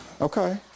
Okay